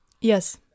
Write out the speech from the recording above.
Yes